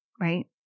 right